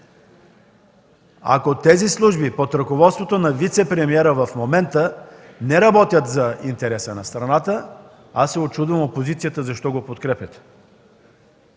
Ако тези служби, под ръководството на вицепремиера в момента, не работят за интереса на страната, аз се учудвам защо го подкрепят